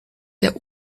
der